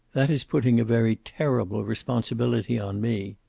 that is putting a very terrible responsibility on me.